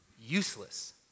useless